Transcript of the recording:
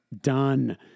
done